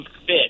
fit